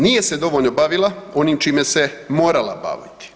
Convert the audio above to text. Nije se dovoljno bavila onim čime se morala baviti.